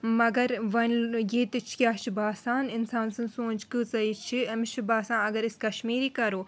مگر وۄنۍ ییٚتِچ کیٛاہ چھِ باسان اِنسان سٕنٛزۍ سونٛچ کۭژاہ یہِ چھِ أمِس چھُِ باسان اگر أسۍ کَشمیٖری کَرو